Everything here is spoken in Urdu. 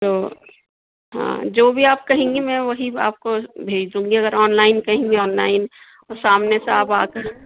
تو ہاں جو بھی آپ کہیں گی میں وہی آپ کو بھیج دوں گی اگر آن لائن کہیں گی آن لائن اور سامنے سے آپ آ کر